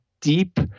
deep